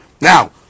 Now